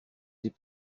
des